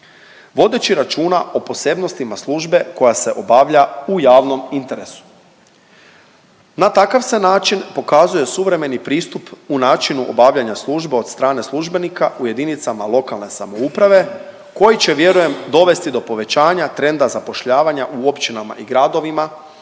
vodeći računa o posebnostima službe koja se obavlja u javnom interesu. Na takav se način pokazuje suvremeni pristup u načinu obavljanja službe od strane službenika u jedinicama lokalne samouprave koji će vjerujem dovesti do povećanja trenda zapošljavanja u općinama i gradovima